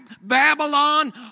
Babylon